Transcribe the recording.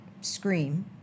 scream